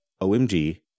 Omg